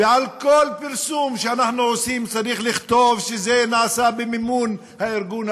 ועל כל פרסום שאנחנו עושים צריך לכתוב שזה נעשה במימון הארגון,